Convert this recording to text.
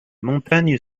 montagne